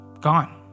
gone